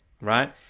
right